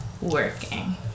working